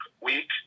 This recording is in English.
week